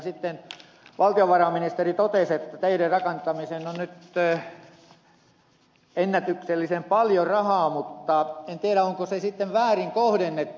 sitten valtiovarainministeri totesi että teiden rakentamiseen on nyt ennätyksellisen paljon rahaa mutta en tiedä onko se sitten väärin kohdennettu